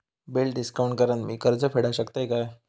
Bill discount करान मी कर्ज फेडा शकताय काय?